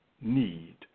need